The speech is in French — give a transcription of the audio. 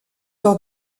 dans